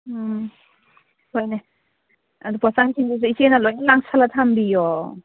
ꯎꯝꯝ ꯍꯣꯏꯅꯦ ꯑꯗꯣ ꯄꯣꯠꯆꯪꯁꯤꯡꯗꯨꯁꯨ ꯏꯆꯦꯅ ꯂꯣꯏꯅ ꯂꯥꯡꯁꯤꯜꯂ ꯊꯝꯕꯤꯌꯣ